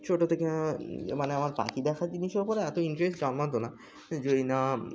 ছোটো থেকে মানে আমার পাখি দেখার জিনিসের ওপরে এত ইন্টারেস্ট জন্মাত না যদি না